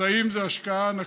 מטעים זה השקעה ענקית,